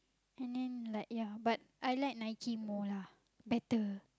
and then like ya but I like Nike more lah better